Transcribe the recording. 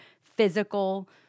physical